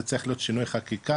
זה צריך להיות שינויים חקיקה,